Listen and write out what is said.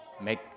make